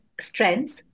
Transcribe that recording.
strengths